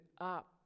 up